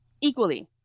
equally